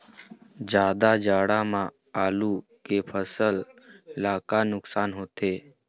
जादा जाड़ा म आलू के फसल ला का नुकसान होथे?